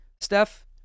Steph